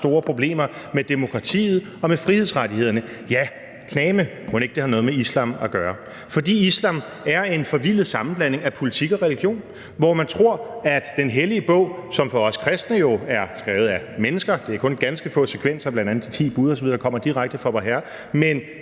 så store problemer med demokratiet og med frihedsrettighederne? Ja, knageme, mon ikke det har noget med islam at gøre? For islam er en forvildet sammenblanding af politik og religion, hvor man hos muslimerne tror, at det hele i den hellige bog, som for os kristne jo er skrevet af mennesker – det er kun ganske få sekvenser, bl.a. de ti bud osv., der kommer direkte fra